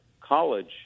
College